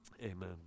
amen